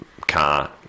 car